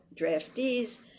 draftees